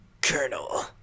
Colonel